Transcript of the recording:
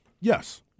yes